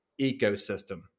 ecosystem